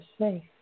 safe